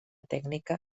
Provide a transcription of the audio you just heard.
tècnica